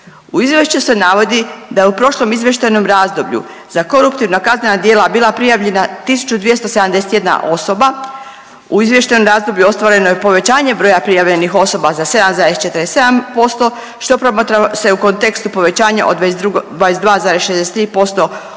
U izvješću se navodi da je u prošlom izvještajnom razdoblju za koruptivna kaznena djela bila prijavljena 1.271 osoba, u izvještajnom razdoblju ostvareno je povećanje broja prijavljenih osoba za 7,47% što promatra se u kontekstu povećanja od 22,63% u